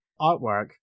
artwork